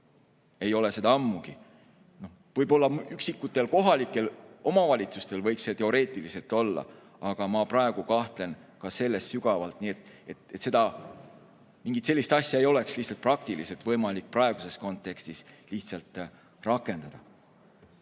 ei ole seda ammugi. Võib-olla üksikutel kohalikel omavalitsustel võiks teoreetiliselt olla, aga ma praegu kahtlen ka selles sügavalt. Sellist asja ei oleks lihtsalt praktiliselt võimalik praeguses kontekstis rakendada. Nii.